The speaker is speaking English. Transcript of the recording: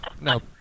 No